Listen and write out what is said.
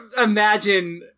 imagine